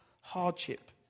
hardship